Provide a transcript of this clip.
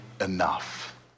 enough